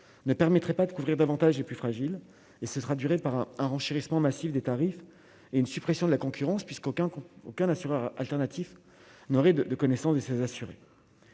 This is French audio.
ne permettrait pas de couvrir davantage les plus fragiles et ce sera dur par un renchérissement massif des tarifs et une suppression de la concurrence puisqu'aucun cas aucun assureur alternatif nourri de de connaissance de ses assurés,